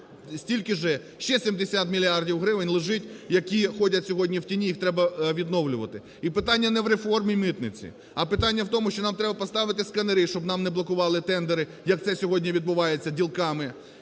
ще 70 мільярдів гривень лежить, які ходять сьогодні в тіні, їх треба відновлювати. І питання не в реформі митниці. А питання в тому, що нам треба поставити сканери, щоб нам не блокували тендери, як це сьогодні відбувається ділками.